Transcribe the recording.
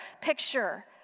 picture